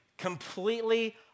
completely